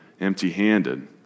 empty-handed